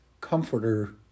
comforter